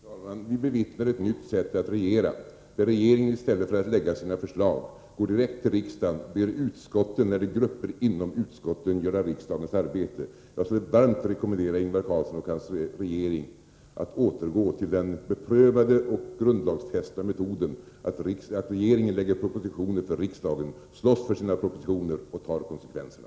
Herr talman! Vi bevittnar ett nytt sätt att regera. I stället för att lägga fram sina förslag går regeringen direkt till riksdagen och ber utskotten eller grupper inom utskotten att göra regeringens arbete. Jag rekommenderar varmt Ingvar Carlsson och hans regering att återgå till den beprövade och grundlagsfästa metoden att regeringen lämnar propositioner till riksdagen, slåss för sina förslag och tar konsekvenserna.